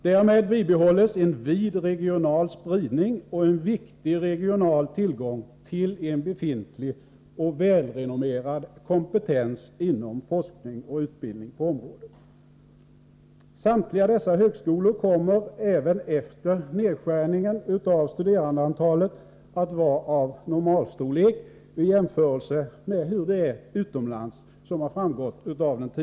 Därmed bibehålls en vid regional spridning och en viktig regional tillgång till en befintlig och välrenommerad kompetens inom forskning och utbildning på området. Samtliga dessa högskolor kommer, som har framgått av den tidigare debatten, även efter nedskärningen av studerandeantalet att vara av normalstorlek vid jämförelser med hur det är utomlands.